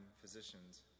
physicians